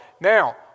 Now